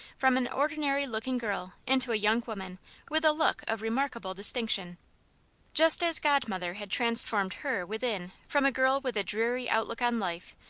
from an ordinary-looking girl into a young woman with a look of remarkable distinction just as godmother had transformed her, within, from a girl with a dreary outlook on life,